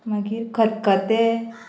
मागीर खतखतें